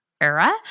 era